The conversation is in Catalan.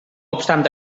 obstant